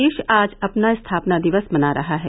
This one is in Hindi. प्रदेश आज अपना स्थापना दिवस मना रहा है